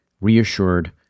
reassured